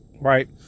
Right